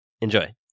Enjoy